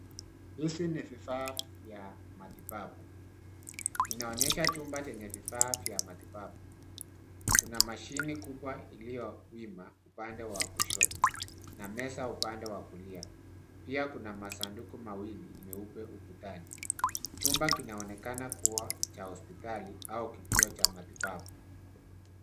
Hizi ni vifaa vya matibabu. Inaonyesha chumba chenye vifaa vya matibabu. Kuna mashini kubwa iliyowima upande wa kushoto na meza upande wa kulia. Pia kuna masanduku mawili meupe ukutani. Chumba kinaonekana kuwa cha hospitali au kituo cha matibabu.